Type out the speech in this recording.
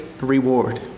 reward